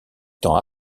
temps